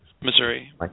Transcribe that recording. Missouri